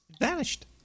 vanished